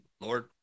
Lord